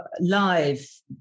live